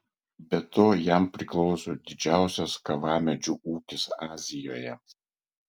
be to jam priklauso didžiausias kavamedžių ūkis azijoje